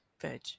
veg